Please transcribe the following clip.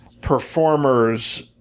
performers